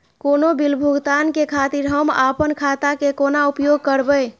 कोनो बील भुगतान के खातिर हम आपन खाता के कोना उपयोग करबै?